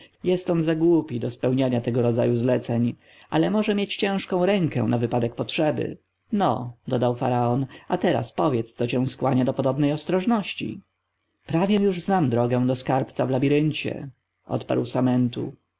jest on za głupi do spełniania tego rodzaju zleceń ale może mieć ciężką rękę na wypadek potrzeby no dodał faraon a teraz powiedz co cię skłania do podobnej ostrożności prawie już znam drogę do skarbca w labiryncie odparł samentu pan